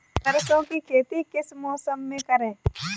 सरसों की खेती किस मौसम में करें?